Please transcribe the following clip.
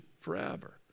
forever